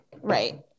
right